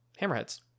Hammerheads